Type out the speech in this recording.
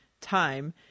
time